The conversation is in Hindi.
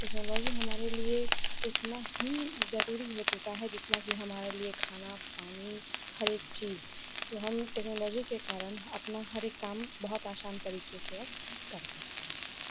टेक्नोलॉजी हमारे लिए उतना ही ज़रूरी हो चुका है जितना कि हमारे लिए खाना पानी हर एक चीज़ तो हम टेक्नोलॉजी के कारण अपना हर एक काम बहुत आसान तरीके से अब कर सकते हैं